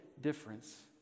difference